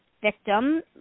victim